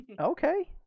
Okay